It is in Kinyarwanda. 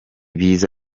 biza